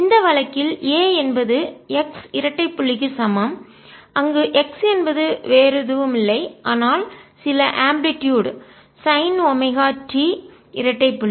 இந்த வழக்கில் a என்பது x இரட்டை புள்ளிக்கு சமம் அங்கு x என்பது வேறு எதுவும் இல்லை ஆனால் சில ஆம்பிளி டுயுட் அலைவீச்சு சைன் ஒமேகா t இரட்டை புள்ளி